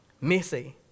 messy